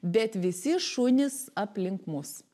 bet visi šunys aplink mus